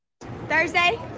Thursday